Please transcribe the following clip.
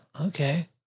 Okay